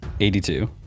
82